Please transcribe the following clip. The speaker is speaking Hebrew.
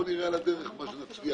בואו נראה על הדרך מה נצליח.